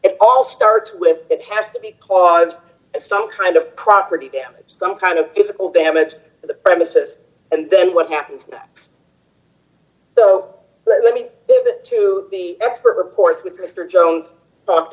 it all starts with it has to because some kind of property damage some kind of physical damage to the premises and then what happened so let me give it to the expert reports with mr jones talked